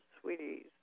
sweeties